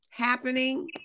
Happening